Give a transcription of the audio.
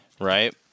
Right